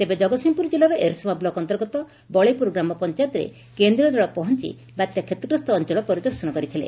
ତେବେ ଜଗତସିଂହପୁର ଜିଲ୍ଲାର ଏରସମା ବ୍ଲକ୍ ଅନ୍ତର୍ଗତ ବଳେଇପୁର ଗ୍ରାମ ପଞାୟତରେ କେନ୍ଦ୍ରୀୟ ଦଳ ପହଞି ବାତ୍ୟା କ୍ଷତିଗ୍ରସ୍ତ ଅଞ୍ଚଳ ପରିଦର୍ଶନ କରିଥିଲେ